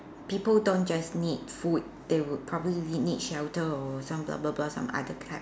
people don't just need food they would probably need shelter or some blah blah blah some other kind